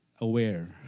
aware